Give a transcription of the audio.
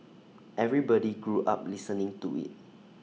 everybody grew up listening to IT